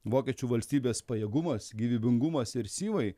vokiečių valstybės pajėgumas gyvybingumas ir syvai